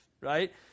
right